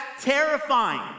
terrifying